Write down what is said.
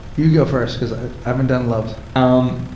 you go first because i haven't done loves. um